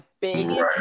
biggest